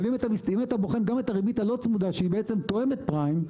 אם אתה בוחן גם את הריבית הלא צמודה שהיא בעצם תואמת פריים,